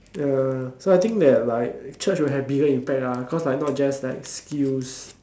ya so I think that like church will have bigger impact ah cause like not just like skills